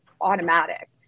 automatic